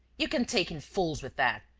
you can take in fools with that,